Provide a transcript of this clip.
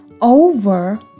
over